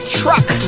truck